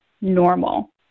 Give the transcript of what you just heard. normal